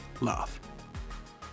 love